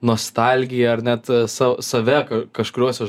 nostalgiją ar net sau save kažkuriuose